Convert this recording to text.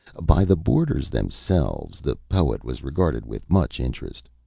by the boarders themselves the poet was regarded with much interest.